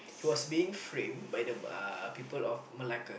he was being framed by the uh people of Malacca